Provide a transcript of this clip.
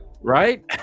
Right